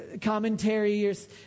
Commentaries